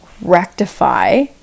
rectify